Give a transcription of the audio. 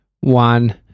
one